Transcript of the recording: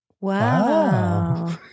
Wow